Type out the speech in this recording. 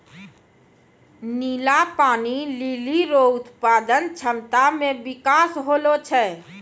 नीला पानी लीली रो उत्पादन क्षमता मे बिकास होलो छै